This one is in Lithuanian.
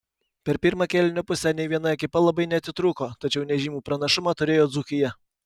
per pirmą kėlinio pusę nei viena ekipa labai neatitrūko tačiau nežymų pranašumą turėjo dzūkija